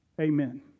Amen